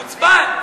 חוצפן.